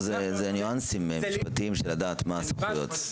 אלה ניואנסים, משפטים של לדעת מה הסמכויות.